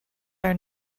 are